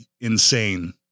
insane